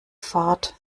fahrt